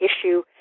issue